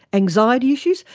anxiety issues,